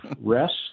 rest